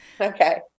Okay